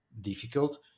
difficult